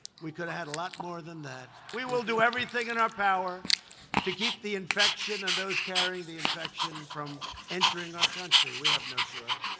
we coulda had a lot more than that. we will do everything in our power to keep the infection and those carrying the infection from entering our country. we have no choice.